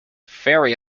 very